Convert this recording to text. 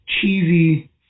cheesy